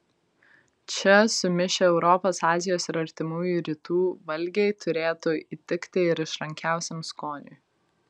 čia sumišę europos azijos ir artimųjų rytų valgiai turėtų įtikti ir išrankiausiam skoniui